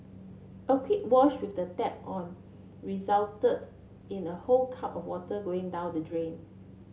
a quick wash with the tap on resulted in a whole cup of water going down the drain